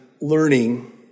learning